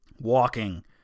Walking